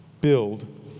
build